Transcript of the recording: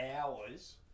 hours